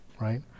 right